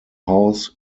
house